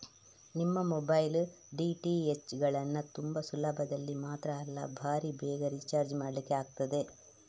ನಿಮ್ಮ mobile, DTH ಗಳನ್ನ ತುಂಬಾ ಸುಲಭದಲ್ಲಿ ಮಾತ್ರ ಅಲ್ಲ ಭಾರೀ ಬೇಗ ರಿಚಾರ್ಜ್ ಮಾಡ್ಲಿಕ್ಕೆ ಆಗ್ತದೆ